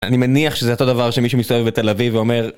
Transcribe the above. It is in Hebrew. אני מניח שזה אותו דבר שמישהו מסתובב בתל אביב ואומר...